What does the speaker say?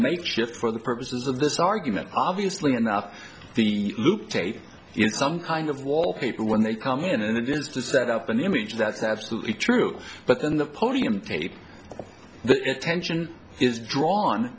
makeshift for the purposes of this argument obviously enough the look tape in some kind of wallpaper when they come in and that is to set up an image that's absolutely true but then the podium tape the attention is drawn